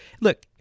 Look